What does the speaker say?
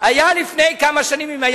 חבר